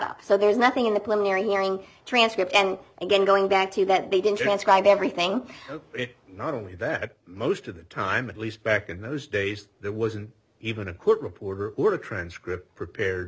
up so there is nothing in the poem you're hearing transcript and again going back to that they didn't transcribe everything not only that most of the time at least back in those days there wasn't even a court reporter the transcript prepared